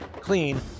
clean